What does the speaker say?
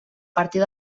partir